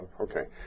Okay